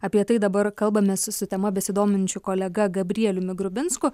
apie tai dabar kalbamės su tema besidominčiu kolega gabrieliumi grubinsku